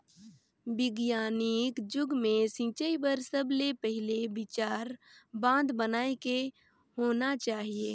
बिग्यानिक जुग मे सिंचई बर सबले पहिले विचार बांध बनाए के होना चाहिए